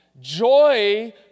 joy